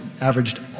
averaged